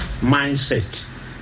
mindset